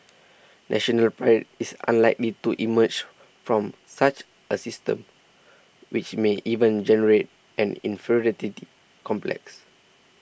National Pride is unlikely to emerge from such a system which may even generate an inferiority complex